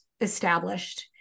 established